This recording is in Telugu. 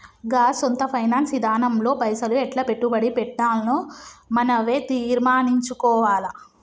గా సొంత ఫైనాన్స్ ఇదానంలో పైసలు ఎట్లా పెట్టుబడి పెట్టాల్నో మనవే తీర్మనించుకోవాల